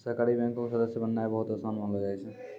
सहकारी बैंको के सदस्य बननाय बहुते असान मानलो जाय छै